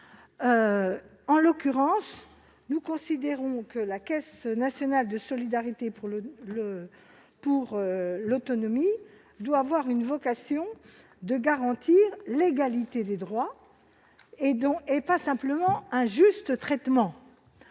En l'occurrence, nous considérons que la Caisse nationale de solidarité pour l'autonomie doit avoir pour vocation de garantir l'égalité des droits, et non pas simplement un juste traitement.